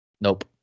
Nope